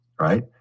right